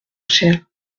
cher